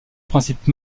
principe